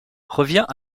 revient